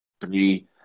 three